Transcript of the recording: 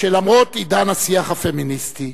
שלמרות עידן השיח הפמיניסטי,